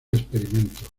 experimento